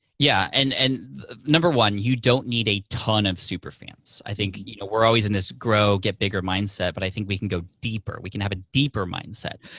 yeah, and and number one, you don't need a ton of superfans. i think you know we're always in this grow, get bigger mindset, but i think we can go deeper. we can have a deeper mindset.